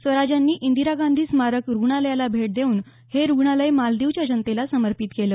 स्वराज यांनी इंदिरा गांधी स्मारक रुग्णालयाला भेट देऊन हे रुग्णालय मालदीवच्या जनतेला समर्पित केलं